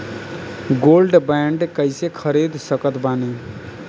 Gold bond कईसे खरीद सकत बानी?